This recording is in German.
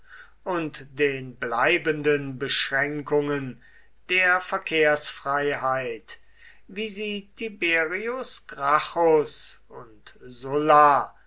und den bleibenden beschränkungen der verkehrsfreiheit wie sie tiberius gracchus und sulla